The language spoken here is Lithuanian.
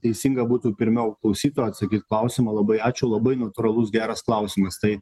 teisinga būtų pirmiau klausytojui atsakyt klausimą labai ačiū labai natūralus geras klausimas tai